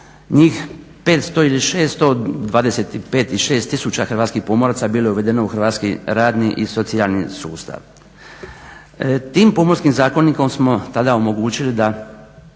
njih 500 ili 600, 25 i 6 tisuća hrvatskih pomoraca bilo je uvedeno u hrvatski radni i socijalni sustav. Tim pomorskim zakonikom smo tada omogućili da